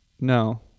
No